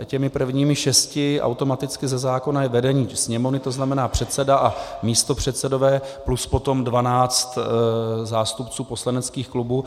Těmi prvními šesti je automaticky ze zákona vedení Sněmovny, to znamená předseda a místopředsedové, plus potom dvanáct zástupců poslaneckých klubů.